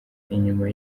inyuma